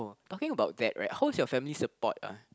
talking about that right how's your family support ah